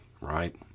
right